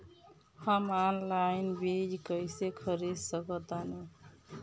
हम ऑनलाइन बीज कईसे खरीद सकतानी?